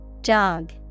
Jog